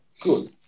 good